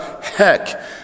heck